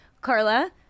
carla